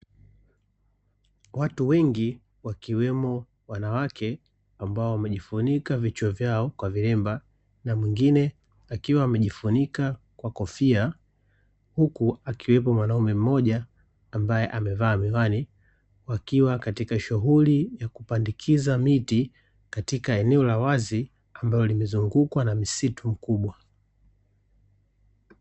Watu wengi wakiwemo wanawake ambao wamejifunika vichwa vyao kwa vilemba, na mwingine akiwa amejifunika kwa kofia, huku akiwepo mwanamume mmoja ambaye amevaa miwani, wakiwa katika shughuli ya kupandikiza miti katika eneo la wazi ambalo limezungukwa na misitu mkubwa.